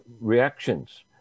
reactions